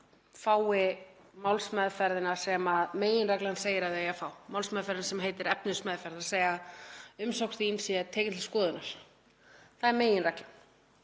fái málsmeðferðina sem meginreglan segir að það eigi að fá, málsmeðferðina sem heitir efnismeðferð, þ.e. að umsókn þess sé tekin til skoðunar. Það er meginreglan.